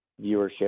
viewership